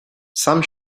sam